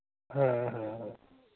ᱦᱮᱸ ᱦᱮᱸ